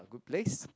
good place